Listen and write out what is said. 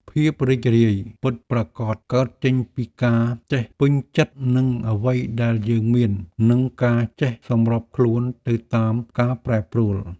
ភាពរីករាយពិតប្រាកដកើតចេញពីការចេះពេញចិត្តនឹងអ្វីដែលយើងមាន និងការចេះសម្របខ្លួនទៅតាមការប្រែប្រួល។